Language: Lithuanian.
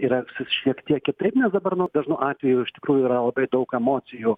ir elgsis šiek tiek kitaip nes dabar nu dažnu atveju iš tikrųjų yra labai daug emocijų